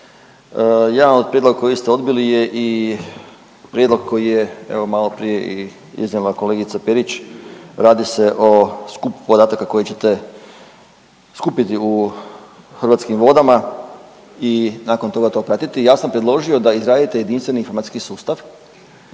Jedan od prijedloga koji ste odbili je i prijedlog koji je, evo, maloprije i iznijela i kolegica Perić, radi se o skupu podataka koji ćete skupiti u Hrvatskim vodama i nakon toga to pratiti. Ja sam predložio da izradite jedinstveni informacijski sustav,